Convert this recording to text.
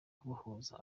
kubohoza